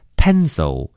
pencil